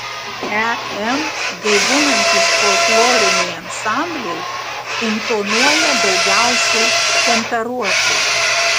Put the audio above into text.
em gaivinantys folkloriniai ansambliai intonuoja daugiausiai temperuotai